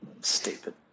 Stupid